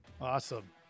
Awesome